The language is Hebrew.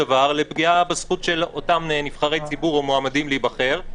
דבר לפגיעה בזכות של אותם נבחרי ציבור או מועמדים להיבחר,